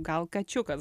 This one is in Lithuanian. gal kačiukas